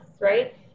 right